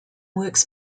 works